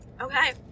Okay